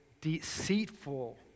deceitful